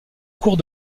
cours